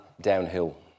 downhill